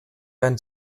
einen